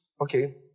Okay